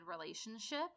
relationship